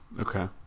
Okay